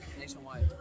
nationwide